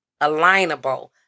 Alignable